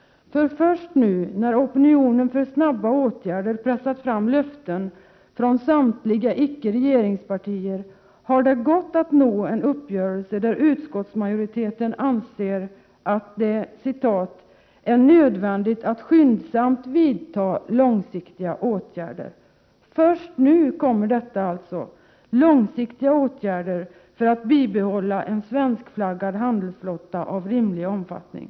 Först nu, när opinionen för snabba åtgärder pressat fram löften från samtliga icke-regeringspartier, har det gått att nå en uppgörelse där utskottsmajoriteten anser att det ”är nödvändigt att skyndsamt vidta långsiktiga åtgärder” för att ”bibehålla en svenskflaggad handelsflotta av rimlig omfattning”.